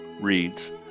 reads